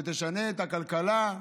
שתשנה את הכלכלה.